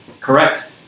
Correct